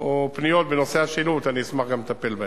או פניות בנושא השילוט, אשמח לטפל בהן.